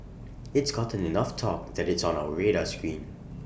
it's gotten enough talk that it's on our radar screen